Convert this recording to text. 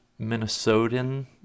Minnesotan